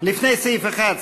לפני סעיף 1,